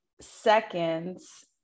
seconds